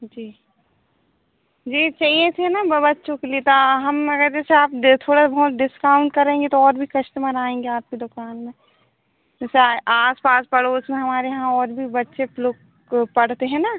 जी जी चाहिए थे ना बच्चों के लिए तो हम अगर जैसे आप दें थोड़ा बहुत डिस्काउंट करेंगी तो और भी कश्टमर आएँगे आपकी दुकान में जैसे आस पास पड़ोस में हमारे यहाँ और भी बच्चे लोग पढ़ते हैं ना